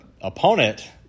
opponent